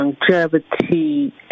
longevity